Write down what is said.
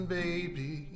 baby